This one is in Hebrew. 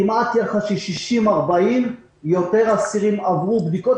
כמעט יחס של 60:40 יותר אסירים עברו בדיקות,